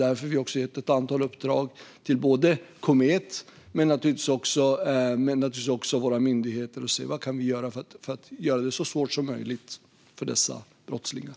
Därför har vi gett ett antal uppdrag till både Komet och våra myndigheter för att se vad vi kan göra för att göra det så svårt som möjligt för dessa brottslingar.